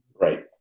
Right